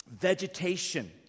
vegetation